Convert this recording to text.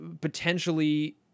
potentially